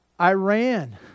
Iran